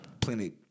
plenty